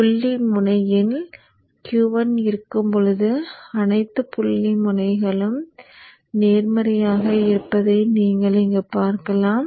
புள்ளி முனையில் Q 1 இருக்கும் போது அனைத்து புள்ளி முனைகளும் நேர்மறையாக இருப்பதை நீங்கள் இங்கு பார்க்கலாம்